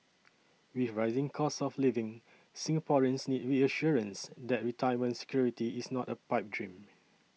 with rising costs of living Singaporeans need reassurance that retirement security is not a pipe dream